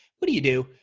what do you do?